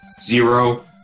Zero